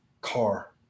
car